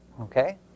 Okay